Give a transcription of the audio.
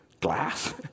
glass